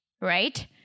right